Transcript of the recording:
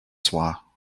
soir